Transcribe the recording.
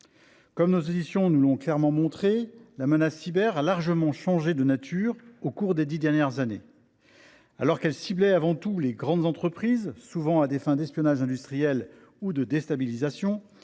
Comme nos auditions nous l’ont clairement montré, la menace cyber a largement changé de nature au cours des dix dernières années. Alors qu’elle ciblait avant tout les grandes entreprises, souvent à des fins d’espionnage industriel ou de déstabilisation,